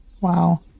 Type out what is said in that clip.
Wow